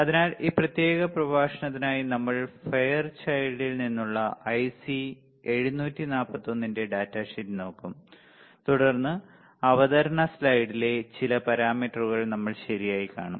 അതിനാൽ ഈ പ്രത്യേക പ്രഭാഷണത്തിനായി നമ്മൾ ഫെയർചൈൽഡിൽ നിന്നുള്ള ഐസി 741 ന്റെ ഡാറ്റ ഷീറ്റ് നോക്കും തുടർന്ന് അവതരണ സ്ലൈഡിലെ ചില പാരാമീറ്ററുകൾ നമ്മൾ ശരിയായി കാണും